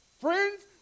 Friends